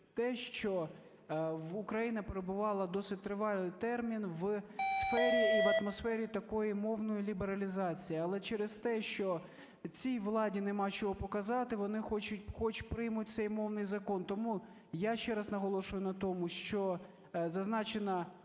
те, що Україна перебувала досить тривалий термін в сфері і в атмосфері такої мовної лібералізації. Але через те, що цій владі нема чого показати, вони хочуть… хоч приймуть цей мовний закон. Тому я ще раз наголошую на тому, що зазначена